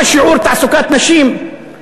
מה שיעור תעסוקת הנשים,